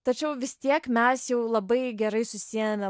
tačiau vis tiek mes jau labai gerai susiejame